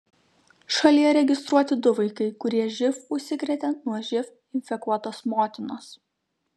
šalyje registruoti du vaikai kurie živ užsikrėtė nuo živ infekuotos motinos